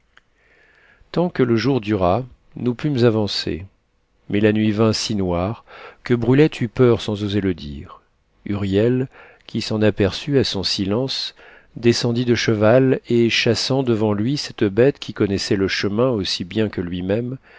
tant que le jour dura nous pûmes avancer mais la nuit vint si noire que brulette eut peur sans oser le dire huriel qui s'en aperçut à son silence descendit de cheval et chassant devant lui cette bête qui connaissait le chemin aussi bien que lui-même